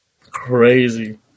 Crazy